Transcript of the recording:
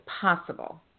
possible